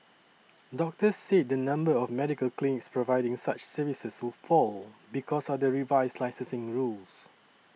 doctors said the number of medical clinics providing such services would fall because of the revised licensing rules